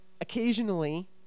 occasionally